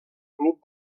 club